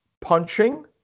punching